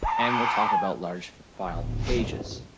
but and we'll talk about large file pages.